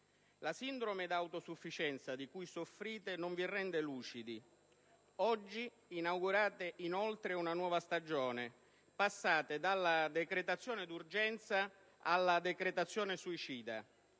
La sindrome da autosufficienza di cui soffrite non vi rende lucidi. Oggi inaugurate, inoltre, una nuova stagione: passate dalla decretazione d'urgenza alla decretazione suicida.